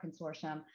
Consortium